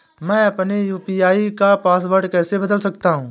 मैं अपने यू.पी.आई का पासवर्ड कैसे बदल सकता हूँ?